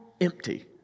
empty